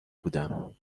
بودم